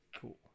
Cool